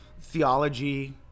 theology